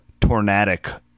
tornadic